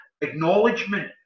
acknowledgement